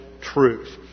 truth